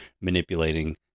manipulating